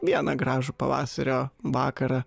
vieną gražų pavasario vakarą